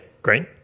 Great